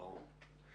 ברור.